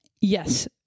Yes